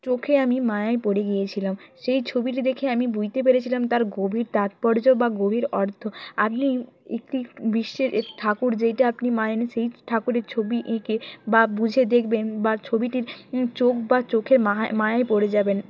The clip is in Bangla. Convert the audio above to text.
চোখে আমি মায়ায় পড়ে গিয়েছিলাম সেই ছবিটি দেখে আমি বুঝতে পেরেছিলাম তার গভীর তাৎপর্য বা গভীর অর্থ আপনি একটি বিশ্বের একটি ঠাকুর যেইটা আপনি মানেন সেই ঠাকুরের ছবি এঁকে বা বুঝে দেখবেন বা ছবিটির চোখ বা চোখে মায়ায় পড়ে যাবেন